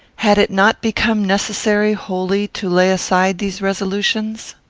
had it not become necessary wholly to lay aside these resolutions?